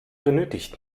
benötigt